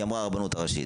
היא אמרה הרבנות הראשית.